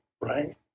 right